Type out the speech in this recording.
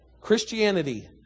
Christianity